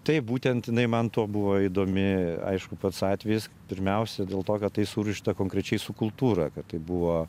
taip būtent jinai man tuo buvo įdomi aišku pats atvejis pirmiausia dėl to kad tai surišta konkrečiai su kultūra kad tai buvo